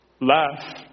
Laugh